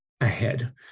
ahead